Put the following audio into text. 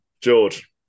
George